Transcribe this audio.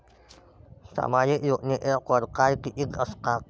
सामाजिक योजनेचे परकार कितीक असतात?